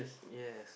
yes